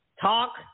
Talk